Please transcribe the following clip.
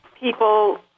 people